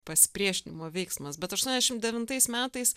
pasipriešinimo veiksmas bet aštuoniasdešim devintais metais